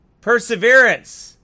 Perseverance